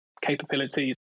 capabilities